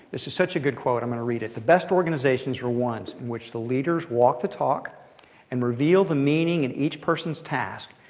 this is such a good quote i'm going to read it. the best organizations are ones in which the leaders walk the talk and reveal the meaning in each person's task.